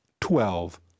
twelve